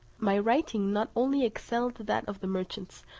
my writing not only excelled that of the merchants,